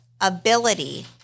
ability